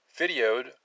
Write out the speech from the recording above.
videoed